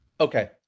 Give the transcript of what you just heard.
Okay